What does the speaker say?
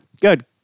Good